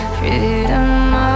Freedom